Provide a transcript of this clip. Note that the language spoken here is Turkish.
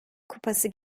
kupası